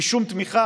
בלי שום תמיכה.